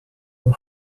will